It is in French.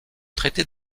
traité